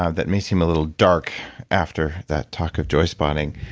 ah that may seem a little dark after that talk of joyspotting.